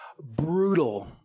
Brutal